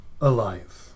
alive